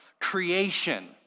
creation